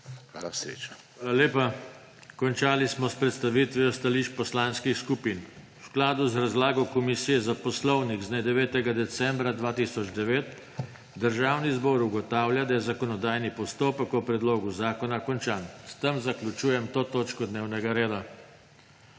JOŽE TANKO: Hvala lepa. Končali smo s predstavitvijo stališč poslanskih skupin. V skladu z razlago Komisije za poslovnik z dne 9. decembra 2009 Državni zbor ugotavlja, da je zakonodajni postopek o predlogu zakona končan. S tem zaključujem to točko dnevnega reda.